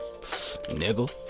nigga